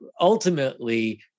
ultimately